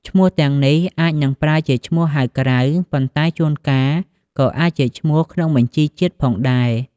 ឈ្មោះទាំងនេះអាចនឹងប្រើជាឈ្មោះហៅក្រៅ ប៉ុន្តែជួនកាលក៏អាចជាឈ្មោះក្នុងបញ្ជីជាតិផងដែរ។